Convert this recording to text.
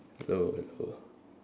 hello hello